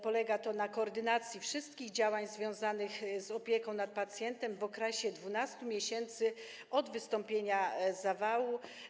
Polega to na koordynacji wszystkich działań związanych z opieką nad pacjentem w okresie 12 miesięcy od wystąpienia zawału.